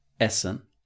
essen